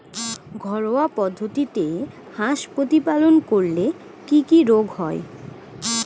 ঘরোয়া পদ্ধতিতে হাঁস প্রতিপালন করলে কি কি রোগ হয়?